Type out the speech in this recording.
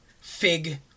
Fig